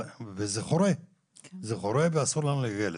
וזה חורה לי ואסור לנו להגיע לזה.